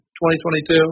2022